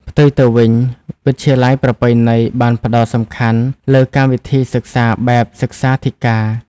ផ្ទុយទៅវិញ វិទ្យាល័យប្រពៃណី បានផ្តោតសំខាន់លើកម្មវិធីសិក្សាបែបសិក្សាធិការ។